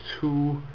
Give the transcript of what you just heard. two